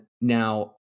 now